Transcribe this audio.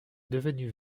devenu